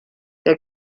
der